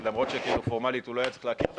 למרות שכאילו פורמלית הוא לא היה צריך להכיר בכך,